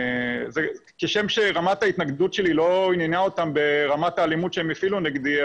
כשם שרמת ההתנגדות שלי לא עניינה אותם ברמת האלימות שהם הפעילו נגדי,